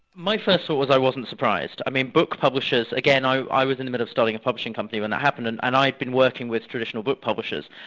my first thought was i wasn't surprised. i mean book publishers, again i i was in the middle of starting a publishing company when it happened, and i'd i'd been working with traditional book publishers,